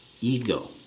ego